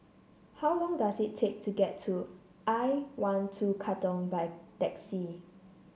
how long does it take to get to I one two Katong by taxi